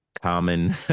common